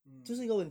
mm